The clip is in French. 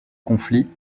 conflit